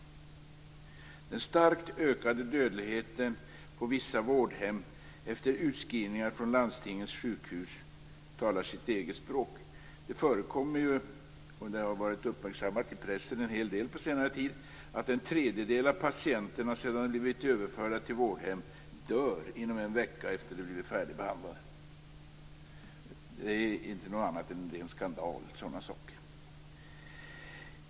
Den starkt ökade dödligheten på vissa vårdhem efter utskrivningar från landstingens sjukhus talar sitt eget språk. Det förekommer ju - och det har ju uppmärksammats i pressen en hel del på senare tid - att en tredjedel av patienterna dör inom en vecka efter det att de blivit färdigbehandlade och överförda till vårdhem. Sådana saker är inte någonting annat än ren skandal.